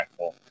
impactful –